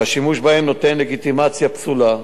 והשימוש בהם נותן לגיטימציה פסולה.